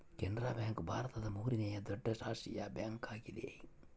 Canara bank ಭಾರತದ ಮೂರನೇ ದೊಡ್ಡ ರಾಷ್ಟ್ರೀಯ ಬ್ಯಾಂಕ್ ಆಗಿದೆ